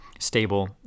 stable